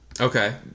Okay